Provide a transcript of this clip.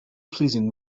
pleasing